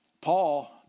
Paul